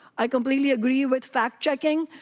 i completely agree with fact checking,